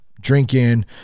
drinking